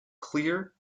clear